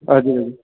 हजुर हजुर